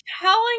telling